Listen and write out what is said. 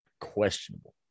questionable